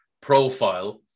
profile